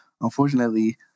unfortunately